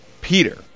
Peter